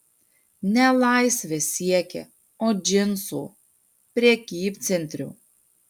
ne laisvės siekė o džinsų prekybcentrių